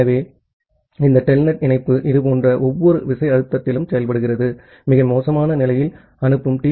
ஆகவே இந்த டெல்நெட் இணைப்பு இதுபோன்ற ஒவ்வொரு விசை அழுத்தத்திலும் செயல்படுகிறது மிக மோசமான நிலையில் அனுப்பும் டி